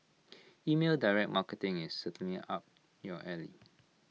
email direct marketing is certainly up your alley